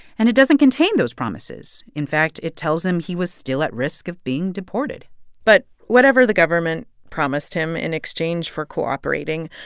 and it doesn't contain those promises. in fact, it tells him he was still at risk of being deported but whatever the government promised him in exchange for cooperating,